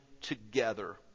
together